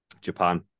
Japan